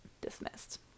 dismissed